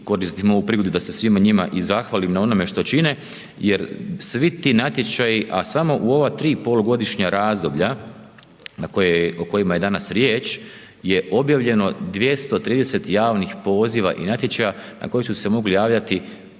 koristim ovu prigodu da se svima njima i zahvalim na onome što čine jer svi ti natječaji, a samo u ova 3 polugodišnja razdoblja o kojima je danas riječ je objavljeno 230 javnih poziva i natječaja na koji su se mogli javljati,